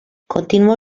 continuó